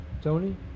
Tony